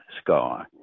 sky